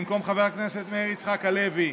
במקום חבר הכנסת מאיר יצחק הלוי,